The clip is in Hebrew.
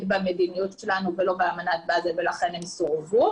במדיניות שלנו ולא באמנת באזל ולכן הן סורבו.